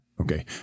Okay